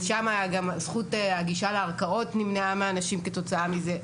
שם זכות הגישה לערכאות נמנעה מהנשים כתוצאה מזה.